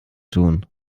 tun